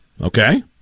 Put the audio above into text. Okay